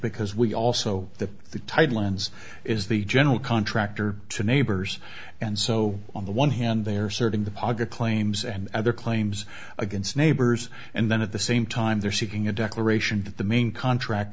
because we also the tidelands is the general contractor to neighbors and so on the one hand they are serving the paga claims and other claims against neighbors and then at the same time they're seeking a declaration that the main contract